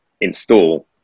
install